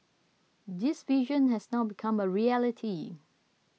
this vision has now become a reality